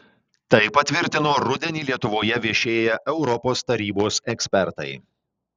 tai patvirtino rudenį lietuvoje viešėję europos tarybos ekspertai